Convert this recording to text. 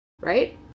right